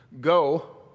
Go